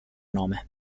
nome